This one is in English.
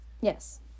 Yes